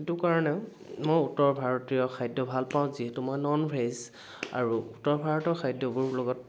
সেইটো কাৰণেও মই উত্তৰ ভাৰতীয় খাদ্য ভাল পাওঁ যিহেতু মই ননভেজ আৰু উত্তৰ ভাৰতৰ খাদ্যবোৰৰ লগত